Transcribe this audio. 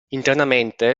internamente